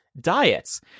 diets